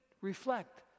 reflect